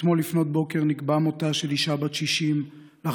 אתמול לפנות בוקר נקבע מותה של אישה בת 60 לאחר